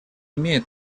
имеет